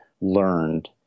learned